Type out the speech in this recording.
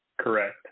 Correct